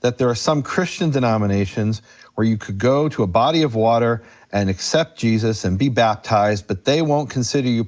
that there are some christian denominations where you could go to a body of water and accept jesus and be baptized, but they won't consider you